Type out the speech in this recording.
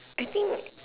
I think